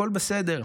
הכול בסדר.